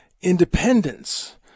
independence